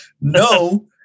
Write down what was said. no